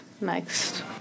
next